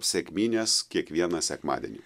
sekminės kiekvieną sekmadienį